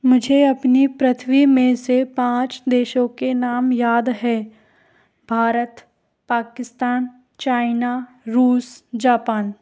मुझे अपनी पृथ्वी में से पाँच देशों के नाम याद है भारत पाकिस्तान चाइना रूस जापान